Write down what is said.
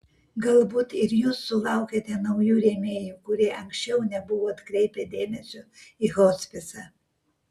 galbūt ir jūs sulaukėte naujų rėmėjų kurie anksčiau nebuvo atkreipę dėmesio į hospisą